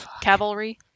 Cavalry